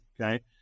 okay